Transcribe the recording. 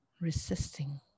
resisting